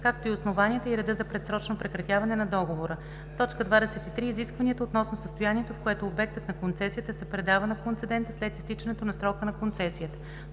както и основанията, и реда за предсрочно прекратяване на договора; 23. изискванията относно състоянието, в което обектът на концесията се предава на концедента след изтичането на срока на концесията;